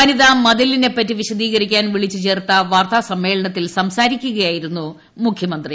വനിതാ മതിലിനെപ്പറ്റി വിശദീകരിക്കാൻ വിളിച്ചു ചേർത്ത പ്പാർത്താസമ്മേളനത്തിൽ സംസാരിക്കുകയായിരുന്നു മുഖ്യമന്ത്രീ